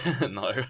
No